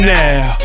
now